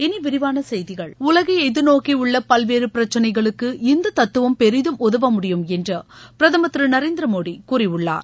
இனி விரிவான செய்திகள் உலகை எதிர்நோக்கி உள்ள பல்வேறு பிரச்னைகளுக்கு இந்து தத்துவம் பெரிதும் உதவ முடியும் என்று பிரதமர் திரு நரேந்திர மோடி கூறியுள்ளார்